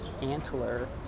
antler